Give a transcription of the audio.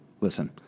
Listen